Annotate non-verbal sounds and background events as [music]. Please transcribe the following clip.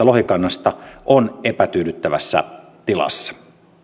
[unintelligible] lohikannasta on epätyydyttävässä tilassa